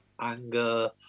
anger